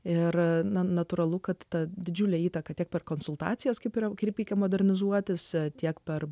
ir natūralu kad tą didžiulę įtaką tiek per konsultacijas kaip ir kaip reikia modernizuotis tiek per